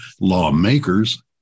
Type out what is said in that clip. lawmakers